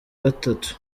gatatu